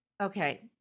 okay